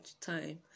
time